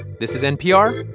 this is npr.